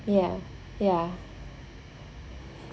ya ya